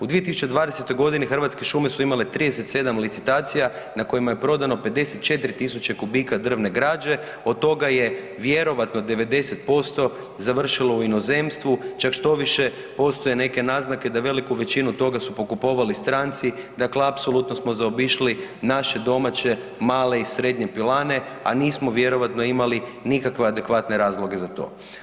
U 2020. godini Hrvatske šume su imale 37 licitacija na kojima je prodano 54.000 kubika drvne građe od toga je vjerojatno 90% završilo u inozemstvu čak štoviše postoje neke naznake da veliku većinu toga su pokupovali stranci, dakle apsolutno smo zaobišli naše domaće male i srednje pilane, a nismo vjerojatno imali nikakve adekvatne razloge za to.